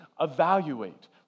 Evaluate